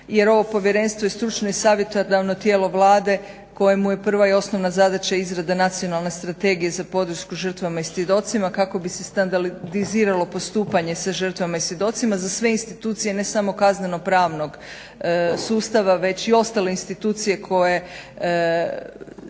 Jer ovo povjerenstvo je stručno i savjetodavno tijelo Vlade kojemu je prva i osnovna zadaća izrada Nacionalne strategije za podršku žrtvama i svjedocima kako bi se standardiziralo postupanje sa žrtvama i svjedocima za sve institucije ne samo kazneno-pravnog sustava već i ostale institucije s kojima